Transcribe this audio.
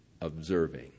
observing